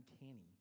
uncanny